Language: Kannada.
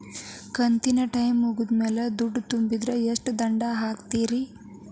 ಕಂತಿನ ಟೈಮ್ ಮುಗಿದ ಮ್ಯಾಲ್ ದುಡ್ಡು ತುಂಬಿದ್ರ, ಎಷ್ಟ ದಂಡ ಹಾಕ್ತೇರಿ?